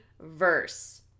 verse